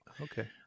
Okay